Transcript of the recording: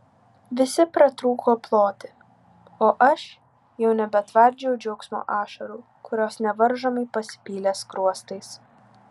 visi pratrūko ploti o aš jau nebetvardžiau džiaugsmo ašarų kurios nevaržomai pasipylė skruostais